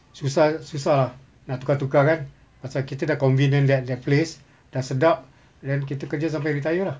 susa~ susah lah nak tukar tukar kan macam kita dah convenient that that place dah sedap then kita kerja sampai retire lah